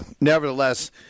nevertheless